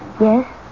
Yes